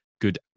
good